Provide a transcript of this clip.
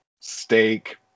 steak